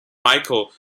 michael